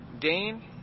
Dane